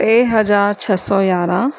टे हज़ार छह सौ यारहं